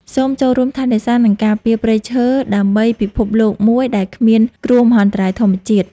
សូមចូលរួមថែរក្សា និងការពារព្រៃឈើដើម្បីពិភពលោកមួយដែលគ្មានគ្រោះមហន្តរាយធម្មជាតិ។